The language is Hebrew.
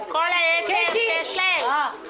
אלו הצרות שלהם.